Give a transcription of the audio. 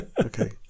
Okay